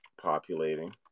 populating